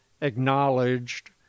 acknowledged